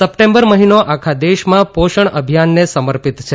September મહિનો આખા દેશમાં પોષણ અભિયાનને સમર્પિત છે